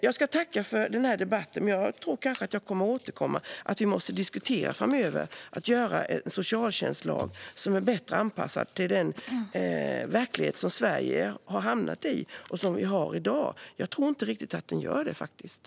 Jag ska tacka för denna debatt, men jag tror att jag kommer att återkomma. Vi måste framöver diskutera frågan om att utforma en socialtjänstlag som är bättre anpassad till den verklighet som Sverige har i dag. Jag tror faktiskt inte att den är riktigt anpassad till den verkligheten.